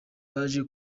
baje